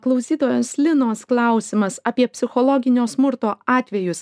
klausytojos linos klausimas apie psichologinio smurto atvejus